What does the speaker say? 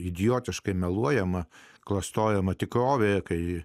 idiotiškai meluojama klastojama tikrovė kai